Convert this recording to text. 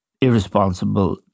irresponsible